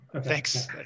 Thanks